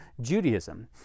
Judaism